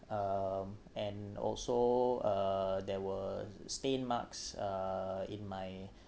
um and also uh there were stain marks uh in my